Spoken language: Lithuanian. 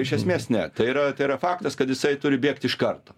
iš esmės ne tai yra tai yra faktas kad jisai turi bėgt iš karto